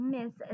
Miss